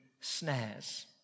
snares